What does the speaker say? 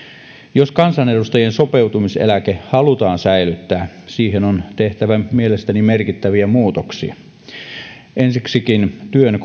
jos kansanedustajien sopeutumiseläke halutaan säilyttää siihen on tehtävä mielestäni merkittäviä muutoksia ensiksikin työn